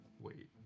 Wait